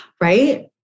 Right